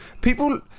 people